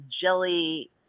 jelly